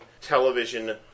television